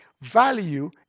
value